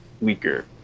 weaker